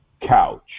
couch